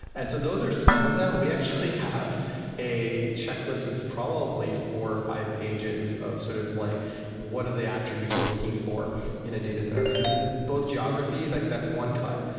and so those are some of them. we actually have a checklist. it's probably four or five pages of sort of like what are the attributes we're looking for in a data center? because it's both geography, like that's one cut.